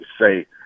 say